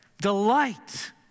delight